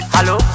Hello